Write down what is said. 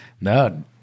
No